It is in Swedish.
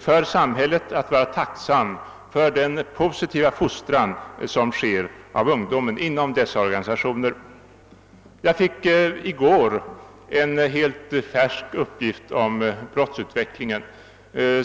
för samhället att vara tacksamt för den positiva fostran av ungdomen som sker i de organisationerna. Jag fick i går en färsk uppgift om brottslighetsutvecklingen.